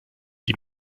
die